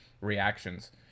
reactions